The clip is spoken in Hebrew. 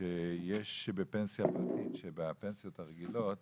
שיש בפנסיות הרגילות